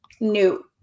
new